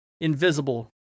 invisible